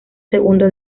segundo